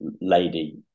lady